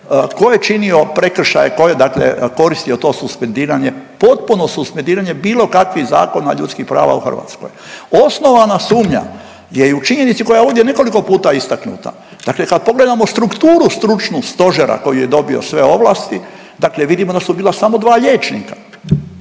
tko je činio, tko je dakle koristio to suspendiranje, potpuno suspendiranje bilo kakvih zakona ljudskih prava u Hrvatskoj. Osnovana sumnja je i u činjenici koja je ovdje nekoliko puta istaknuta. Dakle kad pogledamo strukturu stručnu stožera koji je dobio sve ovlasti, dakle vidimo da su bila samo dva liječnika